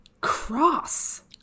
Cross